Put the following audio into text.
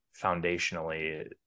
foundationally